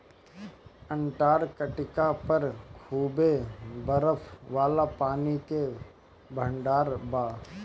Antarctic पर खूबे बरफ वाला पानी के भंडार बा